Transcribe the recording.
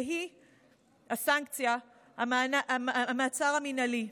הסנקציה של המעצר המינהלי.